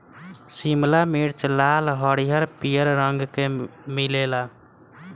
शिमला मिर्च लाल, हरिहर, पियर रंग के मिलेला